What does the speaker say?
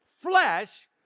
flesh